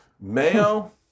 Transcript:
Mayo